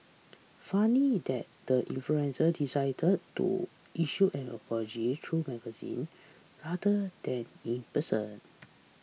funny that the influencer decided to issue an apology through magazine rather than in person